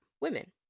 women